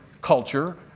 culture